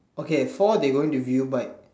okay four they going to view by